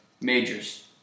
majors